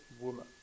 woman